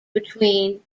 between